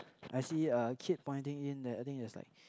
I see a kid point in there I think there's like